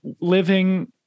living